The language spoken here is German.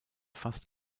fast